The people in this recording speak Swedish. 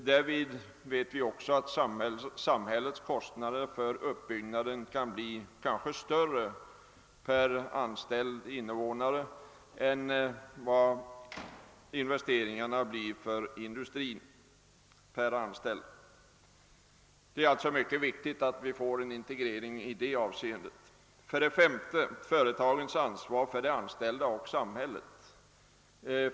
Vi vet också att samhällets kostnader för uppbyggnaden kanske kan bli större per anställd invånare än. vad investeringarna blir för industrin per anställd. Det är alltså mycket viktigt att vi får en integrering i det avseendet. För det femte gäller det företagens ansvar för de anställda och samhället.